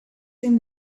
him